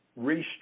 restructure